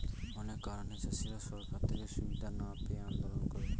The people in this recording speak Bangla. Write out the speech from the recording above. অনেক কারণে চাষীরা সরকার থেকে সুবিধা না পেয়ে আন্দোলন করে